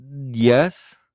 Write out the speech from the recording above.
Yes